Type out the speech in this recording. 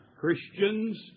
Christians